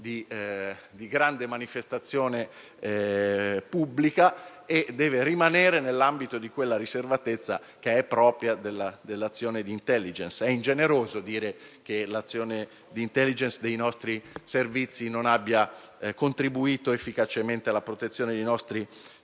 di grande manifestazione pubblica e deve rimanere nell'ambito di quella riservatezza che è propria dell'azione di*intelligence.* È ingeneroso dire che l'azione di *intelligence* dei nostri servizi non abbia contribuito efficacemente alla protezione dei nostri